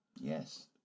Yes